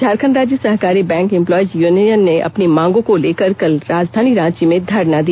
झारखंड राज्य सहकारी bank employees union ने अपनी मांगों को लेकर कल राजधानी रांची में धरना दिया